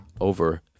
over